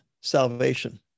salvation